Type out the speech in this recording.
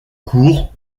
court